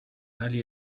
tali